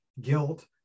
guilt